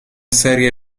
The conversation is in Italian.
serie